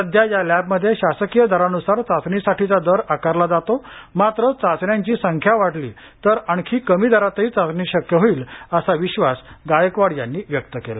सध्या या लॅबमध्ये शासकीय दरान्सार चाचणीसाठीचा दर आकारला जातो मात्र चाचण्यांची संख्या वाढली तर आणखी कमी दरातही चाचणी शक्य होईल असा विश्वास गायकवाड यांनी व्यक्त केला